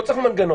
לא צריך מנגנון.